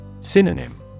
Synonym